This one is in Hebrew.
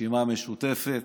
הרשימה המשותפת,